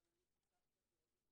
אני כסבתא דואגת לילדים שנמצאים במסגרות,